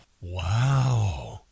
Wow